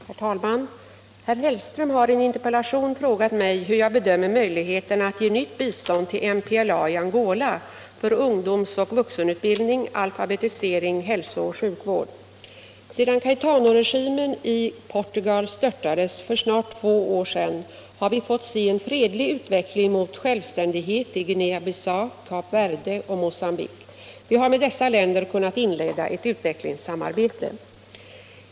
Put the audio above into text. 85, och anförde: Herr talman! Herr Hellström har i en interpellation frågat mig hur jag bedömer möjligheterna att ge nytt bistånd till MPLA i Angola för ungdoms och vuxenutbildning, alfabetisering samt hälso och sjukvård. Sedan Caetanoregimen i Portugal störtades för snart två år sedan har vi fått se en fredlig utveckling mot självständighet i Guinea-Bissau, Kap Verde och Mocambique. Vi har kunnat inleda ett utvecklingssamarbete med dessa länder.